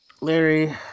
Larry